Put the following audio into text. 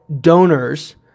donors